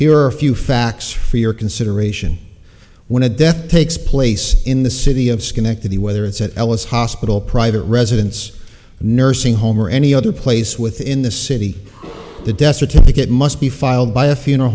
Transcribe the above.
here a few facts for your consideration when a death takes place in the city of schenectady whether it's at ellis hospital private residence nursing home or any other place within the city the death certificate must be filed by a funeral